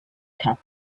cut